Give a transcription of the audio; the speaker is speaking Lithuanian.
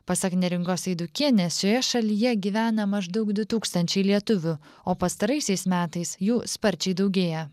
pasak neringos eidukienės šioje šalyje gyvena maždaug du tūkstančiai lietuvių o pastaraisiais metais jų sparčiai daugėja